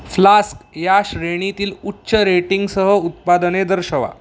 flask या श्रेणीतील उच्च रेटिंगसह उत्पादने दर्शवा